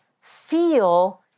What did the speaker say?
feel